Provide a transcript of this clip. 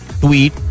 tweet